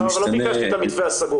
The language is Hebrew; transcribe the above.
--- אבל לא ביקשתי את המתווה הסגור,